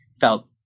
felt